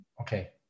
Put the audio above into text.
Okay